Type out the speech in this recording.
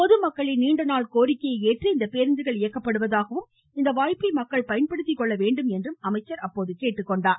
பொதுமக்களின் நீண்டநாள் கோரிக்கையை ஏற்று இந்தப் பேருந்துகள் இயக்கப்படுவதாகவும் இந்த வாய்ப்பை மக்கள் பயன்படுத்திக் கொள்ள வேண்டும் என்றும் அவர் கேட்டுக் கொண்டார்